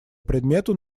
предмету